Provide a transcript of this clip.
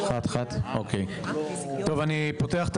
אני פותח את